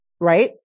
right